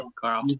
Carl